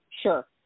Sure